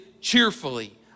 cheerfully